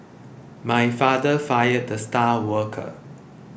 my father fired the star worker